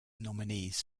nominees